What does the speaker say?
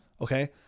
Okay